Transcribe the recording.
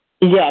Yes